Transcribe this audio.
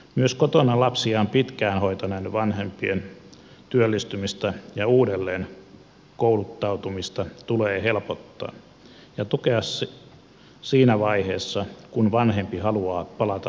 myös kotona lapsiaan pitkään hoitaneiden vanhempien työllistymistä ja uudelleen kouluttautumista tulee helpottaa ja tukea siinä vaiheessa kun vanhempi haluaa palata takaisin työelämään